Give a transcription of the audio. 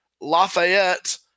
Lafayette